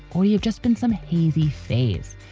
we've just been some hazy phase.